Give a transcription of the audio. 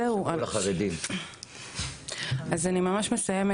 אז אני ממש מסיימת.